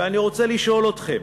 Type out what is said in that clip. ואני רוצה לשאול אתכם: